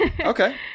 Okay